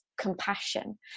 compassion